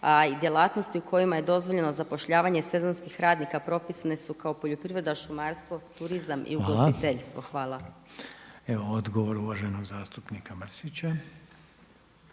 a i djelatnosti u kojima je dozvoljeno zapošljavanje sezonskih radnika propisane su kao poljoprivreda, šumarstvo, turizam i ugostiteljstvo. Hvala. **Reiner, Željko (HDZ)** Hvala. Odgovor uvaženog zastupnika Mrsića.